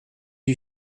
you